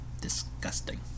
disgusting